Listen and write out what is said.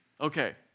Okay